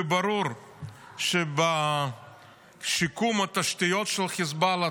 וברור שבשיקום התשתיות של חיזבאללה,